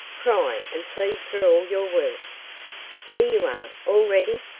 cry and plead for all you're worth. there you are, all ready.